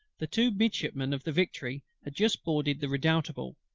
the two midshipmen of the victory had just boarded the redoutable,